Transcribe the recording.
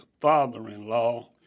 father-in-law